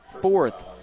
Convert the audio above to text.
fourth